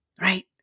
right